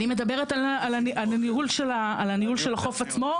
אני מדברת על הניהול של החוף עצמו.